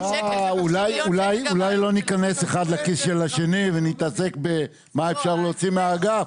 אולי לא ניכנס אחד לכיס של השני ונתעסק במה אפשר להוציא מהאגף.